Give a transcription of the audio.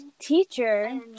teacher